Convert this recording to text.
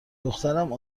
دخترم